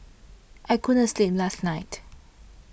I couldn't sleep last night